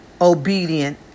obedient